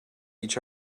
each